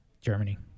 Germany